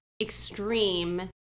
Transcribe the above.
extreme